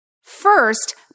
First